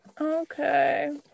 okay